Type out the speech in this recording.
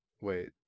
Wait